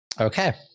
Okay